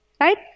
Right